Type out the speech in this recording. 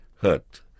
hurt